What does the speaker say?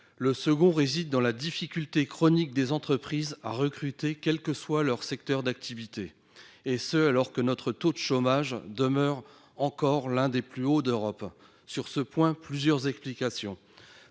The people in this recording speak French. Le second réside dans la difficulté chronique des entreprises à recruter, quel que soit leur secteur d'activité, alors que notre taux de chômage demeure l'un des plus élevés d'Europe. Plusieurs causes expliquent